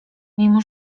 mimo